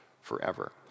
forever